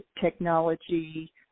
technology